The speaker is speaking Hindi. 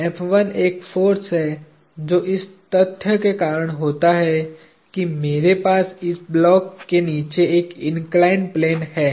एक फोर्स है जो इस तथ्य के कारण होता है कि मेरे पास इस ब्लॉक के नीचे एक इन्कलाईन्ड प्लेन है